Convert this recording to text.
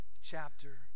chapter